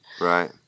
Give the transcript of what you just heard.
Right